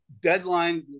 deadline